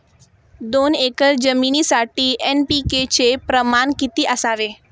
दोन एकर जमिनीसाठी एन.पी.के चे प्रमाण किती असावे?